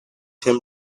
him